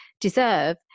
deserve